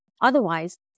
Otherwise